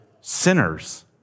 sinners